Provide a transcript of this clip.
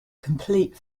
complete